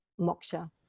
moksha